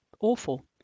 awful